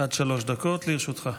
עד שלוש דקות לרשותך.